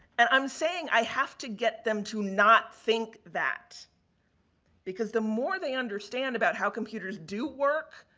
and, i'm saying, i have to get them to not think that because the more they understand about how computers do work,